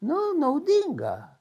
nu naudinga